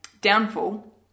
downfall